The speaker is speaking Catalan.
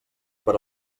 per